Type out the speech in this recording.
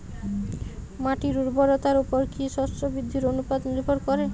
মাটির উর্বরতার উপর কী শস্য বৃদ্ধির অনুপাত নির্ভর করে?